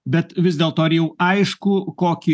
bet vis dėl to ar jau aišku kokį